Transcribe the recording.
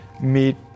meet